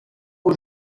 aux